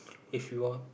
if you are